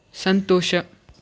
ಸಂತೋಷ